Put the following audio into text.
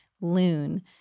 loon